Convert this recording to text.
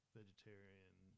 vegetarian